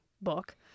book